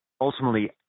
ultimately